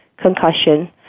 Concussion